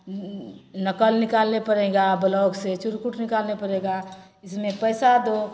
उँ नकल निकालना पड़ेगा ब्लॉक से फिर चिरकुट निकालना पड़ेगा इसमें पैसा दो